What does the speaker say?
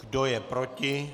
Kdo je proti?